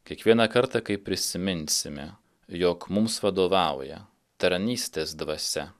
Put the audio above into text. kiekvieną kartą kai prisiminsime jog mums vadovauja tarnystės dvasia